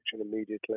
immediately